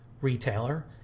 retailer